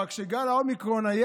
אבל כשהיה גל האומיקרון,